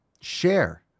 Share